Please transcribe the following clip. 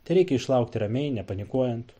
tereikia išlaukti ramiai nepanikuojant